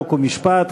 חוק ומשפט,